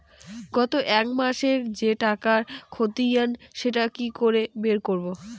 গত এক মাসের যে টাকার খতিয়ান সেটা কি করে বের করব?